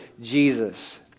Jesus